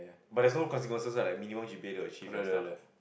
but there's no consequences right like minimum G_P_A to achieve and stuff